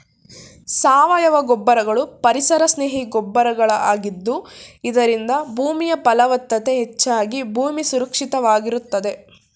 ಸಾವಯವ ಗೊಬ್ಬರಗಳು ಪರಿಸರ ಸ್ನೇಹಿ ಗೊಬ್ಬರಗಳ ಆಗಿದ್ದು ಇದರಿಂದ ಭೂಮಿಯ ಫಲವತ್ತತೆ ಹೆಚ್ಚಾಗಿ ಭೂಮಿ ಸುರಕ್ಷಿತವಾಗಿರುತ್ತದೆ